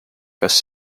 kas